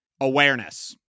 Awareness